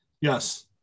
Yes